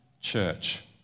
church